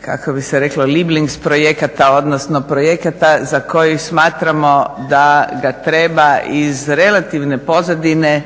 kako bi se reklo, lieblings projekata, odnosno projekata za koji smatramo da treba iz relativne pozadine